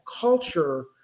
culture